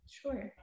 Sure